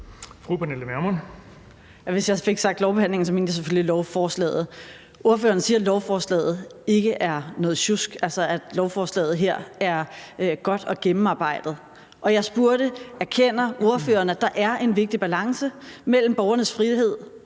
Hvis jeg fik sagt lovbehandlingen, mente jeg selvfølgelig lovforslaget. Ordføreren siger, at lovforslaget ikke er udtryk for noget sjusk, at lovforslaget her er godt og gennemarbejdet. Jeg spurgte: Erkender ordføreren, at der er en vigtig balance mellem borgernes frihed